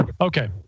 Okay